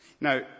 Now